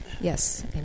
Yes